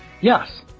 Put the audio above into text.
Yes